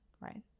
right